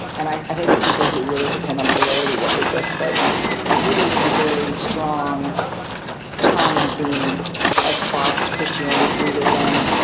and i think the people who really depend on polarity will hate this, but really some very strong common themes ah across christianity, buddhism,